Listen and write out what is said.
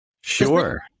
Sure